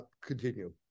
continue